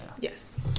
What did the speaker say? Yes